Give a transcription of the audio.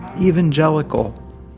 evangelical